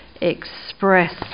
Express